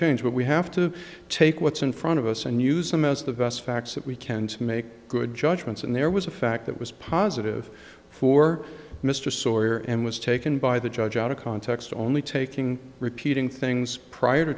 change what we have to take what's in front of us and use them as the best facts that we can to make good judgments and there was a fact that was positive for mr sawyer and was taken by the judge out of context only taking repeating things prior to